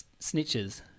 snitches